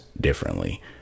differently